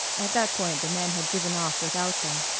at that point the man had driven off without them.